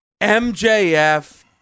MJF